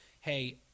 Hey